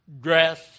dress